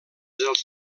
els